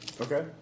okay